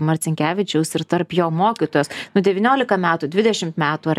marcinkevičiaus ir tarp jo mokytojos nu devyniolika metų dvidešimt metų ar